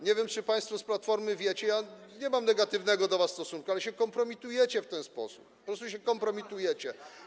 Nie wiem, czy państwo z Platformy wiecie - ja nie mam negatywnego do was stosunku, ale się kompromitujecie w ten sposób, po prostu się kompromitujecie.